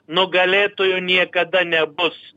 nugalėtojo niekada nebus